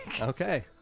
Okay